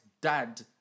dad